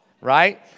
Right